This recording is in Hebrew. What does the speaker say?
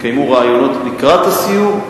התקיימו ראיונות לקראת הסיור,